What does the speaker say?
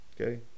Okay